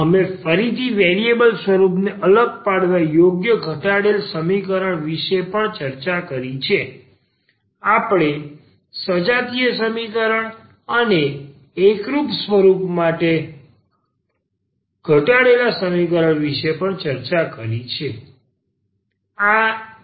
અમે ફરીથી વેરિએબલ સ્વરૂપને અલગ પાડવા યોગ્ય ઘટાડાયેલ સમીકરણ વિશે પણ ચર્ચા કરી છે આપણે સજાતીય સમીકરણ અને એકરૂપ સ્વરૂપ માટે ઘટાડેલા સમીકરણ વિશે પણ ચર્ચા કરી છે